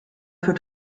für